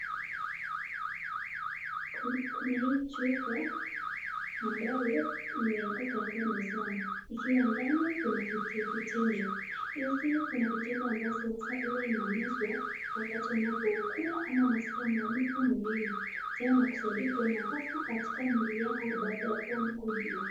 Kuna hii chupa ambayo imeanguka hapa mezani, ikiwa ndani kuna vidonge tembe. Hizi kuna vidonge ambazo huwa inamezwa wakati unapokuwa ama unasikia maumivu mwilini. Pia inakusaidia kuwa na nguvu katika mwili yako baada ya kuwa mgonjwa.